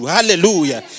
Hallelujah